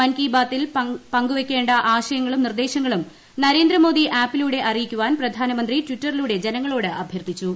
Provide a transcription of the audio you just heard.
മൻകി ബാതിൽ പങ്കുവയ്ക്കേണ്ട ആശയങ്ങളും നിർദ്ദേശങ്ങളും നരേന്ദ്രമോദി ആപ്പിലൂടെ അറയിക്കുവാൻ പ്രധാനമന്ത്രി ട്വിറ്ററിലൂടെ ജനങ്ങളോട് അഭ്യർത്ഥിച്ചു